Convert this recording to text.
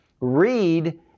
read